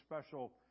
special